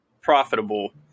profitable